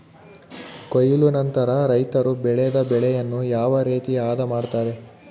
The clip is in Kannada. ಕೊಯ್ಲು ನಂತರ ರೈತರು ಬೆಳೆದ ಬೆಳೆಯನ್ನು ಯಾವ ರೇತಿ ಆದ ಮಾಡ್ತಾರೆ?